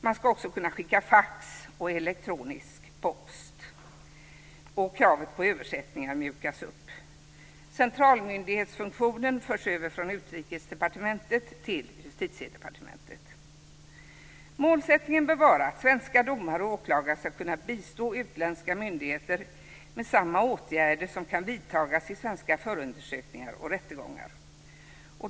Man ska också kunna skicka fax och elektronisk post. Kravet på översättningar mjukas upp. Centralmyndighetsfunktionen förs över från Utrikesdepartementet till Justitiedepartementet. Målsättningen bör vara att svenska domare och åklagare ska kunna bistå utländska myndigheter med samma åtgärder som kan vidtas i svenska förundersökningar och rättegångar.